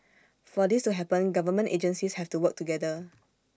for this to happen government agencies have to work together